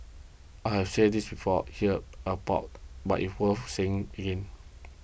I have said this before here above but if worth saying again